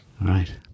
Right